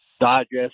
digest